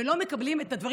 ולא מקבלים את הדברים.